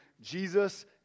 Jesus